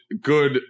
good